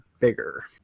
bigger